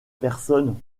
personne